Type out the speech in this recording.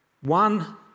One